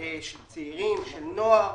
של צעירים, של נוער.